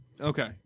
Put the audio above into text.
Okay